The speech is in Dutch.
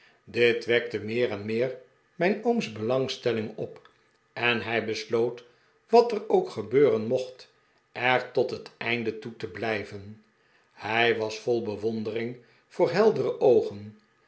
dit wekte meer en meer mijn ooms belangstelling op en hij besloot wat er ook gebeuren mocht er tot het einde toe bij te blijven hij was vol bewondering voor heldere oogen